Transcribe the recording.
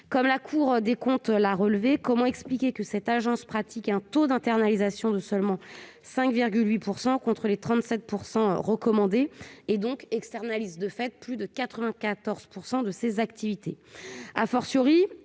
SDIS. La Cour des comptes l'a relevé : comment expliquer que cette agence pratique un taux d'internalisation de seulement 5,8 % au lieu des 37 % recommandés, et externalise donc plus de 94 % de ses activités,